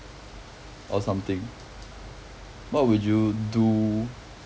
or something what would you do